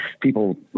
people